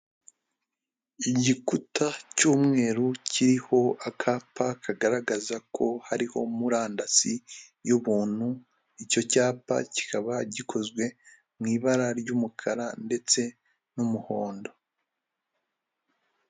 Igikuta cy'umweru kiriho akapa kagaragaza ko hariho murandasi y'ubuntu icyo cyapa kikaba gikozwe mui ibara ry'umukara ndetse n'umuhondo.